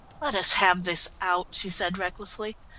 let us have this out, she said recklessly.